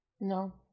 No